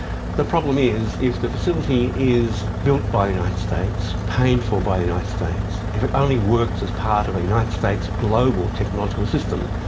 the problem is if the facility is built by the united states, paid for by the united states, if it only works as part of a united states global technological system,